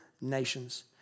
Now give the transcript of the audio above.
nations